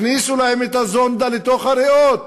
הכניסו להם את הזונדה לתוך הריאות.